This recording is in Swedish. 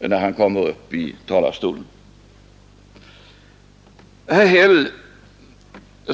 när han kommer upp i talarstolen.